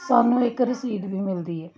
ਸਾਨੂੰ ਇੱਕ ਰਸੀਦ ਵੀ ਮਿਲਦੀ ਹੈ